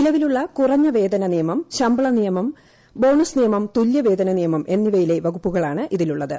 നിലവിലുള്ള കുറഞ്ഞ വേതന നിയമം ശമ്പള നിയമം ബോണസ് നിയമം തുല്യുവേതന നിയമം എന്നിവയിലെ വകുപ്പുകളാണ് ഇതിലുള്ളത്